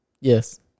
Yes